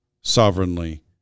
sovereignly